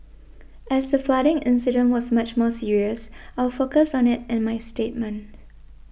as the flooding incident was much more serious I will focus on it in my statement